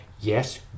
yes